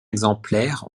exemplaires